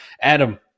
Adam